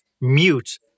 mute